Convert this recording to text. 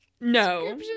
no